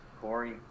Corey